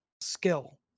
skill